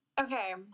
okay